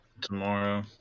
tomorrow